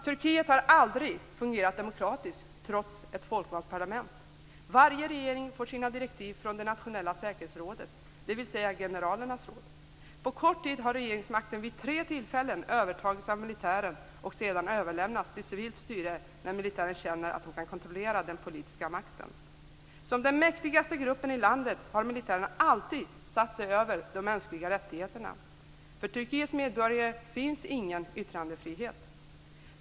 Turkiet har aldrig fungerat demokratiskt, trots ett folkvalt parlament. Varje regering får sina direktiv från det nationella säkerhetsrådet, dvs. generalernas råd. På kort tid har regeringsmakten vid tre tillfällen övertagits av militären och sedan överlämnats till civilt styre när militären känt att den kunnat kontrollera den politiska makten. Som den mäktigaste gruppen i landet har militären alltid satt sig över de mänskliga rättigheterna. För Turkiets medborgare finns ingen yttrandefrihet.